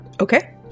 okay